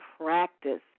practice